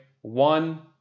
one